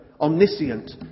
omniscient